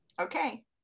Okay